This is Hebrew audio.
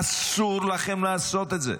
אסור לכם לעשות את זה.